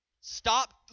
Stop